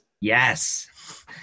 Yes